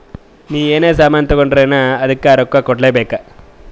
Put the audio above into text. ನೀ ಎನೇ ಸಾಮಾನ್ ತಗೊಂಡುರ್ನೂ ಅದ್ದುಕ್ ರೊಕ್ಕಾ ಕೂಡ್ಲೇ ಬೇಕ್